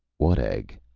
what egg?